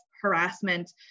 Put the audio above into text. harassment